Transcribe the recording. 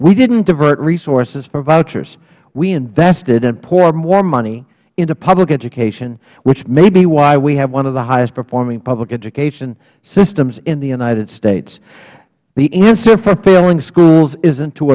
we didn't divert resources for vouchers we invested and poured more money into public education which may be why we have one of the highest performing public education systems in the united states the answer for failing schools isn't to